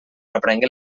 reprengué